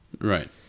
Right